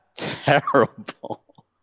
Terrible